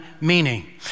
meaning